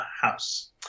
house